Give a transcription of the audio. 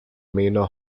manor